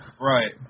Right